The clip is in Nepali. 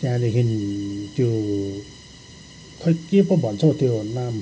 त्यहाँदेखि त्यो खोई के पो भन्छ हौ त्यो नाम